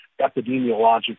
epidemiologic